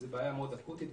זו בעיה מאוד אקוטית,